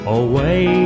away